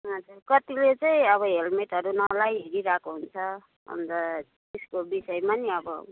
हजुर कतिले चाहिँ अब हेल्मेटहरू नलगाइ हिँडिरहेको हुन्छ अन्त त्यसको विषयमा नि अब